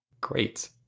Great